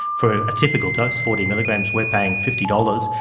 for a typical dose, forty milligrams, we're paying fifty dollars.